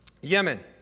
Yemen